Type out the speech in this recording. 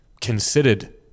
considered